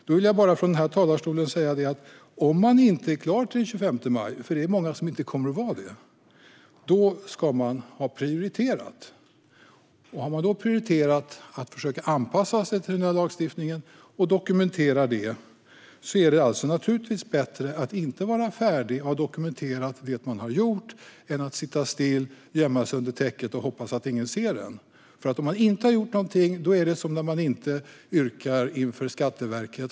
Då vill jag bara från den här talarstolen säga att om man inte är klar till den 25 maj - det är många som inte kommer att vara det - ska man ha prioriterat. Har man då prioriterat att försöka anpassa sig till den nya lagstiftningen och dokumenterat det man har gjort men inte är färdig är det naturligtvis bättre än att gömma sig under täcket och hoppas att ingen ser en. Om man inte har gjort någonting här är det som när man inte gjort något yrkande inför Skatteverket.